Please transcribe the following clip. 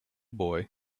boy